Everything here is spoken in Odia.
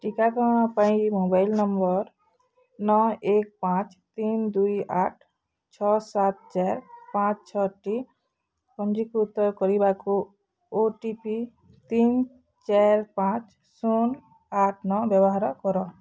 ଟିକାକରଣ ପାଇଁ ମୋବାଇଲ୍ ନମ୍ବର୍ ନଅ ଏକ ପାଞ୍ଚ ତିନି ଦୁଇ ଆଠ ଛଅ ସାତ ଚାରି ପାଞ୍ଚ ଛଅଟି ପଞ୍ଜୀକୃତ କରିବାକୁ ଓ ଟି ପି ତିନି ଚାରି ପାଞ୍ଚ ଶୂନ ଆଠ ନଅ ବ୍ୟବହାର କର